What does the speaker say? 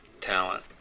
talent